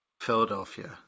Philadelphia